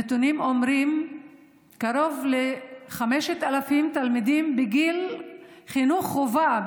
הנתונים אומרים שלקרוב ל-5,000 תלמידים בגיל חינוך חובה,